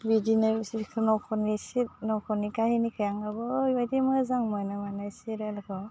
बिदिनो बिसोरखौ नखरनि एसे नखरनि खाहिनिखो आं ओरैबायदि मोजां मोनो मानि सिरियालखौ